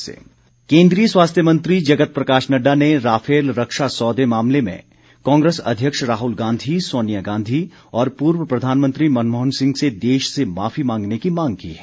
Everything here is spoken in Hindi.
नड्डा केन्द्रीय स्वास्थ्य मंत्री जगत प्रकाश नड्डा ने राफेल रक्षा सौदे मामले में कांग्रेस अध्यक्ष राहुल गांधी सोनिया गांधी और पूर्व प्रधानमंत्री मनमोहन सिंह से देश से माफी मांगने की मांग की है